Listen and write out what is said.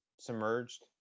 Submerged